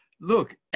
Look